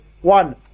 one